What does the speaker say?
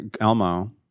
Elmo